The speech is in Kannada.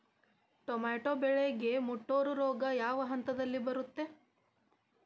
ಟೊಮ್ಯಾಟೋ ಬೆಳೆಗೆ ಮುಟೂರು ರೋಗ ಯಾವ ಹಂತದಲ್ಲಿ ಬರುತ್ತೆ?